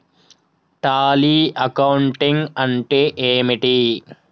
Tally accounting అంటే ఏమిటి?